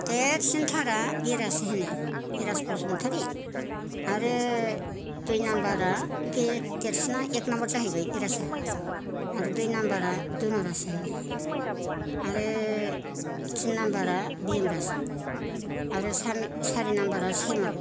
देरसिनथारा बिराज होनो बिराज बसुमथारी आरो दुइ नाम्बारा बे देरसिना एक नाम्बार जाहैबाय बेराजा आरो दुइ नाम्बारा धुनुराज होनो आरो थिन नाम्बारा भिमराज आरो सान सारि नाम्बारा सेमल